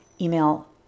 email